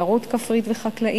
בתיירות כפרית וחקלאית,